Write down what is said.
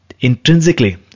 intrinsically